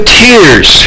tears